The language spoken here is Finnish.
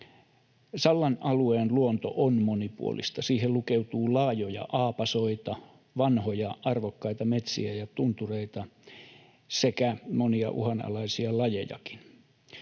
Sallan alueen luonto on monipuolista. Siihen lukeutuu laajoja aapasoita, vanhoja, arvokkaita metsiä, tuntureita sekä monia uhanalaisia lajejakin.